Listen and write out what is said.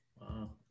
Wow